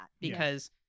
Because-